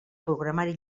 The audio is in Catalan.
programari